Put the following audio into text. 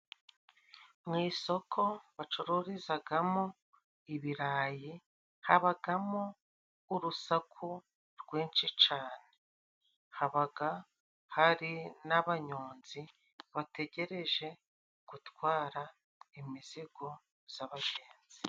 Mu isoko bacururizagamo ibirayi, habagamo urusaku rwinshi cane, habaga hari n'abanyonzi bategereje gutwara imisego z'abagenzi.